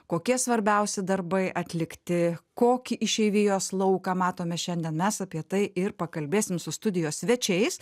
kokie svarbiausi darbai atlikti kokį išeivijos lauką matome šiandien mes apie tai ir pakalbėsim su studijos svečiais